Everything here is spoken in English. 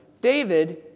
David